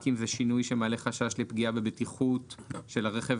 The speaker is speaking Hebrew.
רק אם זה שינוי שמעלה חשש לפגיעה בבטיחות של הרכב,